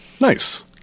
Nice